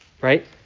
right